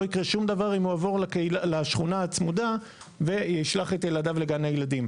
לא יקרה שום דבר אם הוא יעבור לשכונה הצמודה וישלח את ילדיו לגן הילדים.